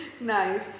Nice